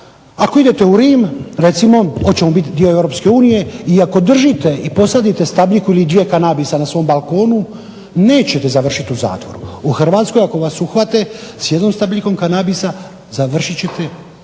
ako idete u Rim recimo, hoćemo biti dio EU, i ako držite i posadite stabljiku ili dvije kanabisa na svom balkonu nećete završiti u zatvoru. U Hrvatskoj ako vas uhvate s jednom stabljikom kanabisa završit ćete,